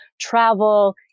travel